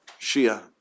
Shia